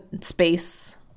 space